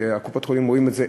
בקופות-החולים אומרים את זה,